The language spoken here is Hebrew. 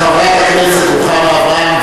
חברת הכנסת רוחמה אברהם,